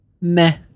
Meh